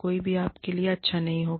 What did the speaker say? कोई भी आपके लिए अच्छा नहीं होगा